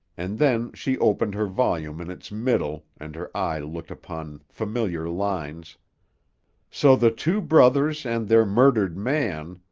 and then she opened her volume in its middle and her eye looked upon familiar lines so the two brothers and their murdered man